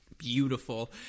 Beautiful